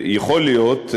יכול להיות,